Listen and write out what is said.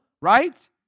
right